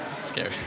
scary